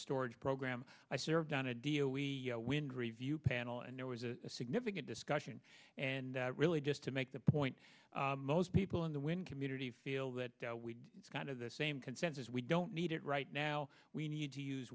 storage program i served on d o we wind review panel and there was a significant discussion and really just to make the point most people in the wind community feel that we got to the same consensus we don't need it right now we need to use